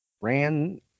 Ran